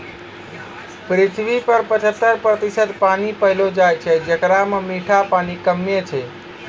पृथ्वी पर पचहत्तर प्रतिशत पानी पैलो जाय छै, जेकरा म मीठा पानी कम्मे छै